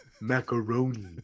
Macaroni